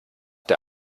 der